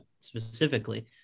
specifically